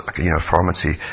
uniformity